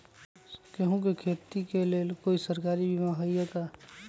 गेंहू के खेती के लेल कोइ सरकारी बीमा होईअ का?